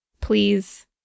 please